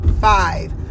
five